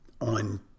On